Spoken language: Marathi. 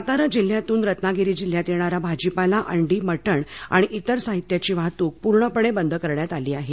सातारा जिल्ह्यातून रत्नागिरी जिल्ह्यात येणारा भाजीपाला अंडी मटण आणि इतर साहित्याची वाहतूक पूर्णपणे बंद करण्यात आली आहे